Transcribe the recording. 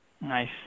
Nice